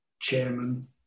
chairman